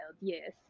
yes